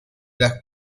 las